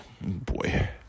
boy